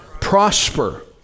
Prosper